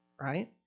right